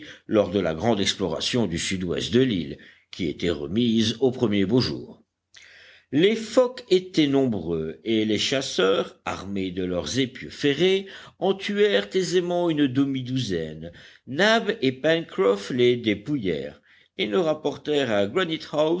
lors de la grande exploration du sud-ouest de l'île qui était remise aux premiers beaux jours les phoques étaient nombreux et les chasseurs armés de leurs épieux ferrés en tuèrent aisément une demi-douzaine nab et pencroff les dépouillèrent et ne rapportèrent à